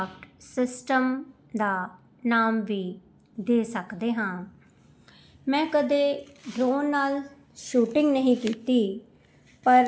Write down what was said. ਜਿੱਥੋਂ ਤੱਕ ਇੱਕ ਵਧੀਆ ਪੋਟਰੇਟ ਬਣਾਉਣ ਦੀ ਸਲਾਹ ਦੀ ਗੱਲ ਹੈ ਮੈਂ ਕਹਾਂਗੀ ਕਿ ਅੱਖਾਂ 'ਤੇ ਧਿਆਨ ਕੇਂਦਰਿਤ ਕਰੋ